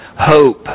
hope